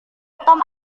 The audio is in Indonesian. tom